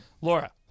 Laura